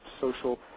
social